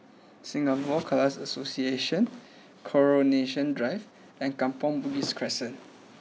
Singapore Khalsa Association Coronation Drive and Kampong Bugis Crescent